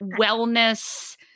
wellness